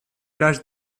plages